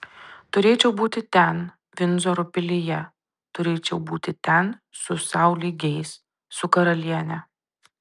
turėčiau būti ten vindzoro pilyje turėčiau būti ten su sau lygiais su karaliene